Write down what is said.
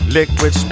Liquid